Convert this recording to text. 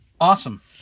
awesome